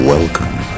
Welcome